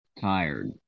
Tired